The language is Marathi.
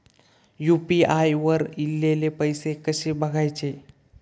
यू.पी.आय वर ईलेले पैसे कसे बघायचे?